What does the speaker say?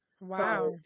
wow